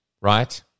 right